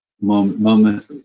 moment